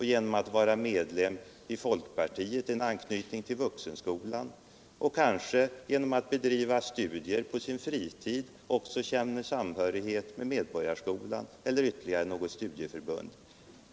Om han är medlem i folkpartiet har han anknytning till Vuxenskolan. Genom att han bedriver studier på fritid känner han kanske samhörighet med Medborgarskolan eller något annat studieförbund.